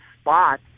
spot